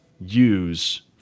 use